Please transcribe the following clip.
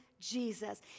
Jesus